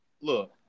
Look